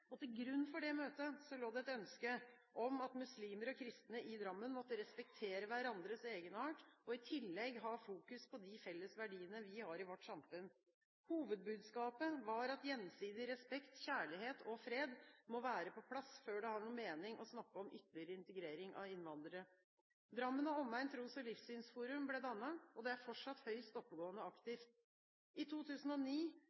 Til grunn for møtet lå det et ønske om at muslimer og kristne i Drammen måtte respektere hverandres egenart og i tillegg ha fokus på de felles verdiene vi har i vårt samfunn. Hovedbudskapet var at gjensidig respekt, kjærlighet og fred må være på plass før det har noen mening å snakke om ytterligere integrering av innvandrere. Drammen og omegn tros- og livssynsforum ble dannet, og det er fortsatt høyst